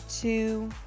two